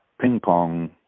ping-pong